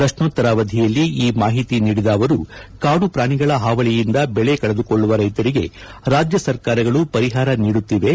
ಪ್ರಶ್ನೋತ್ತರವಧಿಯಲ್ಲಿ ಈ ಮಾಹಿತಿ ನೀಡಿದ ಅವರು ಕಾಡು ಪ್ರಾಣಿಗಳ ಹಾವಳಿಯಿಂದ ಬೆಳೆ ಕಳೆದುಕೊಳ್ಳುವ ರೈತರಿಗೆ ರಾಜ್ಯ ಸರ್ಕಾರಗಳು ಪರಿಹಾರ ನೀಡುತ್ತಿವೆ